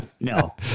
No